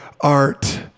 Art